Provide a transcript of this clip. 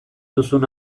duzun